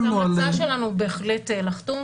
ההמלצה שלנו בהחלט לחתום,